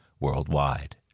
worldwide